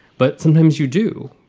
but sometimes you do.